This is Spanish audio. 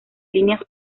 líneas